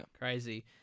Crazy